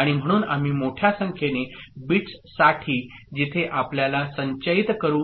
आणि म्हणून आम्ही मोठ्या संख्येने बिट्ससाठी जिथे आपल्याला संचयित करू